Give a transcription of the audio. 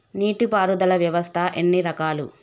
నీటి పారుదల వ్యవస్థ ఎన్ని రకాలు?